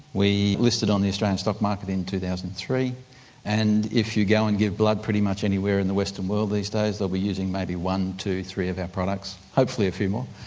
we listed on the australian stock market in two thousand and three and if you go and give blood pretty much anywhere in the western world these days they'll be using maybe one, two, three of our products, hopefully a few more.